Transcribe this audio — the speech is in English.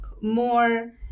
more